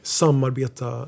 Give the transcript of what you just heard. samarbeta